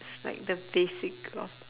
it's like the basic of